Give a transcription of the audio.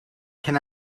can